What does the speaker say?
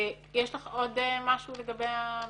יש לך עוד משהו לגבי המבנים?